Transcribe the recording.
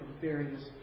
various